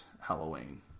Halloween